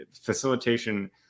facilitation